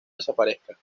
desaparezca